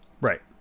Right